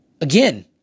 again